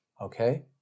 okay